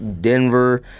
Denver